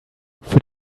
für